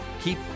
keep